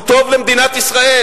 הוא טוב למדינת ישראל,